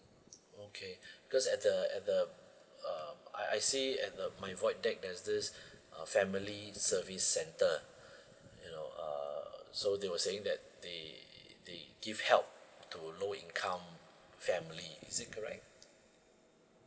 okay because at the at the um I I see at the my void deck there's this uh family service centre you know uh so they were saying that they they give help to low income family is it correct